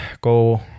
go